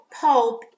Pulp